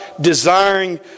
desiring